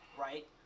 right